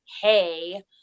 hey